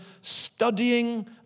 studying